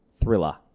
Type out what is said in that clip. thriller